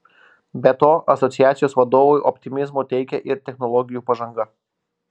be to asociacijos vadovui optimizmo teikia ir technologijų pažanga